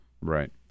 Right